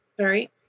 sorry